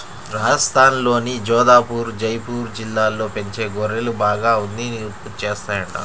రాజస్థాన్లోని జోధపుర్, జైపూర్ జిల్లాల్లో పెంచే గొర్రెలు బాగా ఉన్నిని ఉత్పత్తి చేత్తాయంట